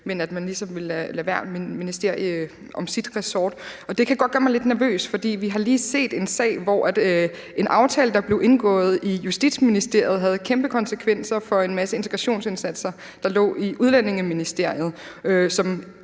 hvert ministerie om sit ressort. Det kan godt gøre mig lidt nervøs, for vi har lige set en sag, hvor en aftale, der blev indgået i Justitsministeriet, havde kæmpe konsekvenser for en masse integrationsindsatser, der lå i Udlændinge- og